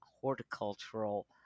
horticultural